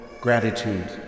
Gratitude